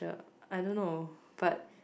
I don't know but